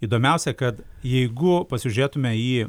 įdomiausia kad jeigu pasižiūrėtume į